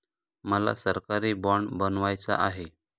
मला सरकारी बाँड बनवायचा आहे